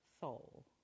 soul